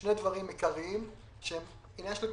שני דברים עיקריים שהם עניין של כסף: